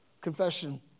Confession